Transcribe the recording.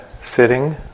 sitting